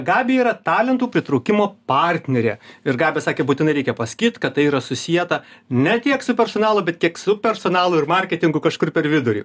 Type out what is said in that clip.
gabija yra talentų pritraukimo partnerė ir gabija sakė būtinai reikia pasakyt kad tai yra susieta ne tiek su personalu bet kiek su personalu ir marketingu kažkur per vidurį